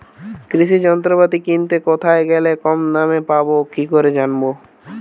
কৃষি যন্ত্রপাতি কিনতে কোথায় গেলে কম দামে পাব কি করে জানতে পারব?